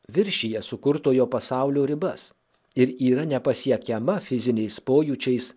viršija sukurtojo pasaulio ribas ir yra nepasiekiama fiziniais pojūčiais